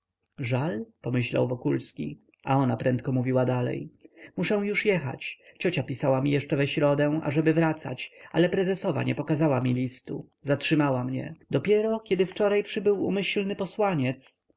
żal pomyślał wokulski a ona prędko mówiła dalej muszę już jechać ciocia pisała jeszcze we środę ażeby wracać ale prezesowa nie pokazała mi listu zatrzymała mnie dopiero kiedy wczoraj przybył umyślny posłaniec